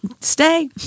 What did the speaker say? Stay